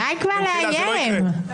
במחילה, זה לא יקרה.